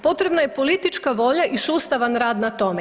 Potrebna je politička volja i sustavan rad na tome.